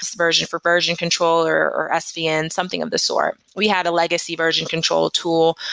so version for version control, or or svn, something of the sort we had a legacy version control tool.